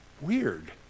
weird